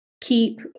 keep